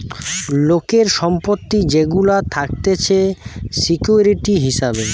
লোকের সম্পত্তি যেগুলা থাকতিছে সিকিউরিটি হিসাবে